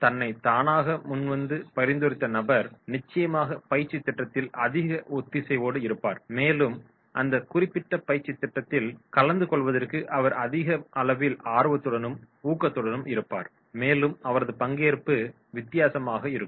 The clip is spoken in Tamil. தன்னை தானாக முன்வந்து பரிந்துரைத்த நபர் நிச்சயமாக பயிற்சித் திட்டத்தில் அதிக ஒத்திசைவோடு இருப்பார் மேலும் அந்த குறிப்பிட்ட பயிற்சித் திட்டத்தில் கலந்துகொள்வதற்கு அவர் அதிக அளவில் ஆர்வத்துடனும் ஊக்கத்துடனும் இருப்பார் மேலும் அவரது பங்கேற்பு வித்தியாசமாக இருக்கும்